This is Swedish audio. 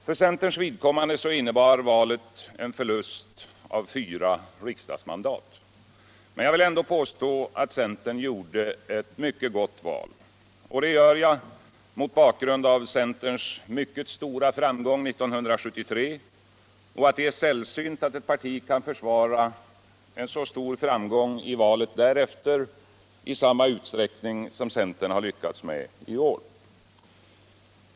För centerns vidkommande innebar valet en förlust av fvyra riksdagsmandat. Jag vill ändå påstå, att centern gjorde ett mycket gott vul. Det gör jag mot bakgrund av centerns mycket stora framgång 1973 och att det är sällsvnt att ett parti kan försvara en så stor framgång i valet därpå I samma utsträckning som centern lyckades med i år.